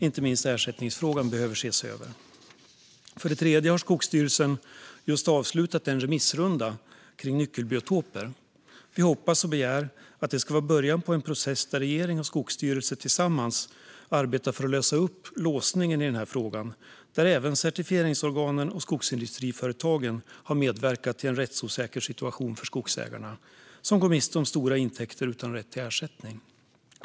Inte minst behöver ersättningsfrågan ses över. För det tredje har Skogsstyrelsen just avslutat en remissrunda om nyckelbiotoper. Vi hoppas och begär att detta ska vara början på en process där regeringen och Skogsstyrelsen tillsammans arbetar för att lösa upp låsningen i frågan. Här har även certifieringsorganen och skogsindustriföretagen medverkat till en rättsosäker situation för skogsägarna, som går miste om stora intäkter utan rätt till ersättning.